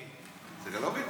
לסגלוביץ'?